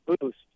boost